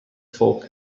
fork